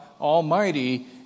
Almighty